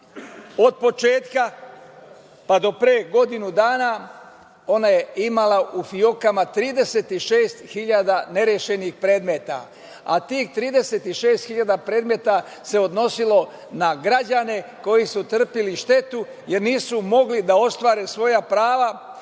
od početka pa do pre godinu dana, ona je imala u fiokama 36.000 nerešenih predmeta, a tih 36.000 predmeta se odnosilo na građane koji su trpeli štetu jer nisu mogli da ostvare svoja prava,